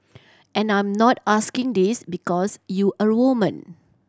and I'm not asking this because you're a woman